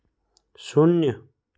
शून्य